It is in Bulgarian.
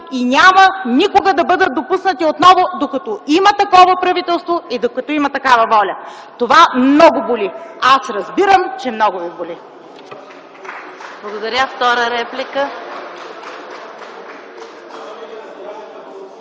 и няма никога да бъдат допуснати отново, докато има такова правителство и докато има такава воля! Това много боли, аз разбирам, че много ви боли! (Частични ръкопляскания